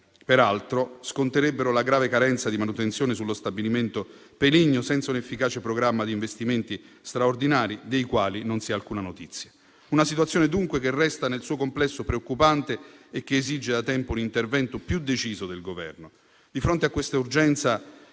peraltro sconterebbero la grave carenza di manutenzione dello stabilimento peligno, senza un efficace programma di investimenti straordinari, dei quali non si ha alcuna notizia. Una situazione, dunque, che resta nel suo complesso preoccupante e che esige da tempo un intervento più deciso del Governo. Di fronte a questa urgenza,